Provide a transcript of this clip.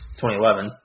2011